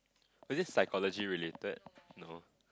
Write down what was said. was this psychology related no